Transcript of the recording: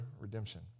redemption